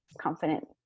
confident